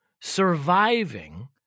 surviving